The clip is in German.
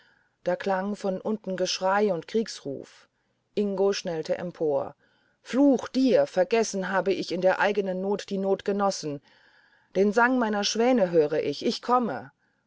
da klang von unten geschrei und kriegsruf ingo schnellte empor fluch mir vergessen habe ich in der eigenen not die notgenossen den sang meiner schwäne höre ich ich komme